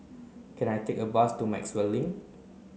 can I take a bus to Maxwell Link